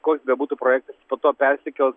koks bebūtų projektas po to persikels